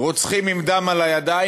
רוצחים עם דם על הידיים,